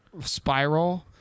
spiral